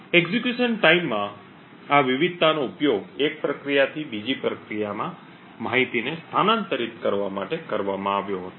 execution ટાઇમમાં આ વિવિધતાનો ઉપયોગ એક પ્રક્રિયાથી બીજી પ્રક્રિયામાં માહિતીને સ્થાનાંતરિત કરવા માટે કરવામાં આવ્યો હતો